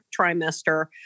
trimester